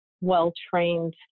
well-trained